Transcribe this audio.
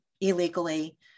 illegally